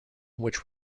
which